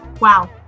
Wow